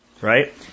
Right